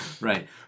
right